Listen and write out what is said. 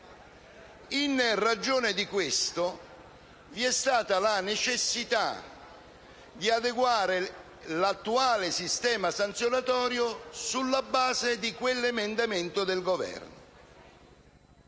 In ragione di questo, vi è stata la necessità di adeguare l'attuale sistema sanzionatorio sulla base di quell'emendamento del Governo.